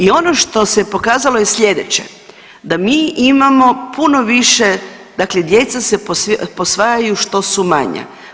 I ono što se pokazalo je sljedeće, da mi imamo puno više dakle, djeca se posvajaju što su manja.